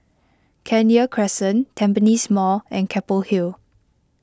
Kenya Crescent Tampines Mall and Keppel Hill